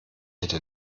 hätte